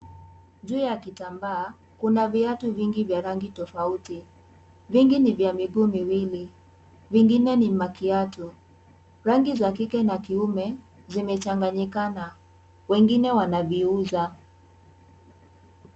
Juu ya kitambaa kuna viatu vingi vya rangi tofauti. Vingi ni vya miguu miwili. Vingine ni makiatu. Rangi za kike na kiume zimechanganyikana. Wengine wanaziuza.